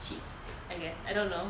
cheat I guess I don't know